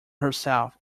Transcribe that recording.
herself